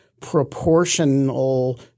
proportional